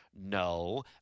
No